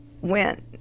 went